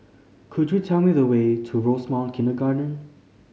could you tell me the way to Rosemount Kindergarten